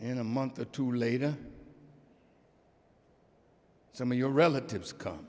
in a month or two later some of your relatives come